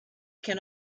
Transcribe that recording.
can